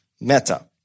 meta